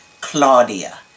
Claudia